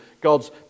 God's